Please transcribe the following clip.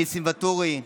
ניסים ואטורי,